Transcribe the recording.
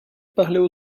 parlaient